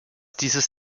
dieses